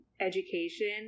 education